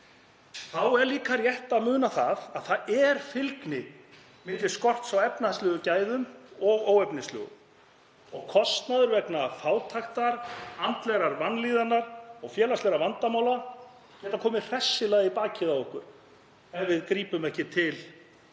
Þá er líka rétt að muna að fylgni er á milli skorts á efnahagslegum gæðum og óefnislegum. Kostnaður vegna fátæktar, andlegrar vanlíðanar og félagslegra vandamála getur komið hressilega í bakið á okkur ef við grípum ekki til meiri